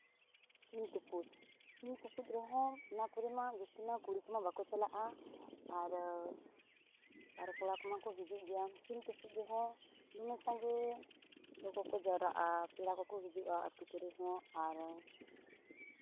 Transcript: ᱥᱤᱢ ᱛᱩᱯᱩᱫ ᱥᱤᱢ ᱛᱩᱯᱩᱫ ᱨᱮ ᱦᱚᱸ ᱱᱚᱣᱟ ᱠᱚᱨᱮᱢᱟ ᱡᱟᱹᱥᱛᱤᱢᱟ ᱠᱩᱲᱤ ᱠᱚᱢᱟ ᱵᱟᱠᱚ ᱪᱟᱞᱟᱜᱼᱟ ᱟᱨ ᱟᱨ ᱠᱚᱲᱟ ᱠᱚᱢᱟ ᱠᱚ ᱦᱤᱡᱩᱜ ᱜᱮᱭᱟ ᱥᱤᱢ ᱛᱩᱯᱩᱫ ᱡᱚᱦᱚᱜ ᱫᱚᱢᱮ ᱥᱟᱸᱜᱮ ᱦᱚᱲ ᱠᱚ ᱠᱚ ᱡᱟᱣᱨᱟᱜᱼᱟ ᱯᱮᱲᱟ ᱠᱚ ᱠᱚ ᱦᱤᱡᱩᱜᱼᱟ ᱟᱛᱳ ᱠᱚᱨᱮ ᱦᱚᱸ ᱟᱨ